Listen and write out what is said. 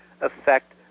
affect